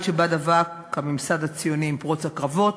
שבה דבק הממסד הציוני עם פרוץ הקרבות,